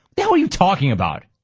the hell are you talking about!